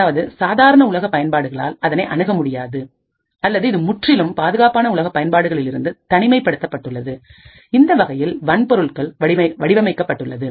அதாவது சாதாரண உலக பயன்பாடுகளால் அதனை அணுக முடியாது அல்லது இது முற்றிலுமாக பாதுகாப்பான உலக பயன்பாடுகளில் இருந்து தனிமைப் படுத்தப்பட்டுள்ளது இந்தவகையில் வன்பொருள்கள் வடிவமைக்கப்பட்டுள்ளது